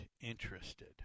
interested